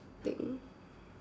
thing